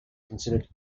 considered